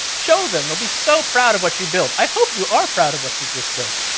show them they'll be so proud of what you build. i hope you are proud of what you just built.